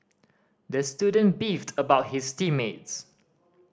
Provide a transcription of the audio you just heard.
the student beefed about his team mates